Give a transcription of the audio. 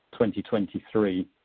2023